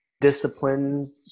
discipline